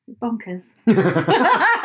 bonkers